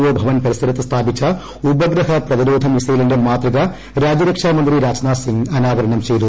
O ഭവൻ പരിസരത്ത് സ്ഥാപിച്ച ഉപഗ്രഹ പ്രതിരോധ മിസൈലിന്റെ മാതൃക രാജ്യരക്ഷാ മന്ത്രി രാജ്നാഥ് സിങ് അനാവരണം ചെയ്തു